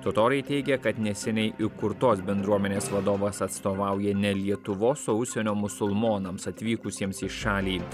totoriai teigia kad neseniai įkurtos bendruomenės vadovas atstovauja ne lietuvos o užsienio musulmonams atvykusiems į šalį